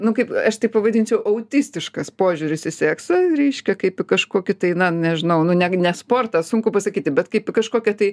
nu kaip aš tai pavadinčiau autistiškas požiūris į seksą reiškia kaip į kažkokį tai na nežinau nu ne ne sportą sunku pasakyti bet kaip į kažkokią tai